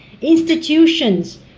Institutions